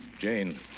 Jane